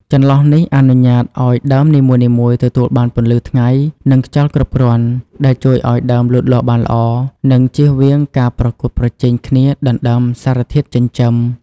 ចន្លោះនេះអនុញ្ញាតឲ្យដើមនីមួយៗទទួលបានពន្លឺថ្ងៃ និងខ្យល់គ្រប់គ្រាន់ ដែលជួយឲ្យដើមលូតលាស់បានល្អ និងចៀសវាងការប្រកួតប្រជែងគ្នាដណ្ដើមសារធាតុចិញ្ចឹម។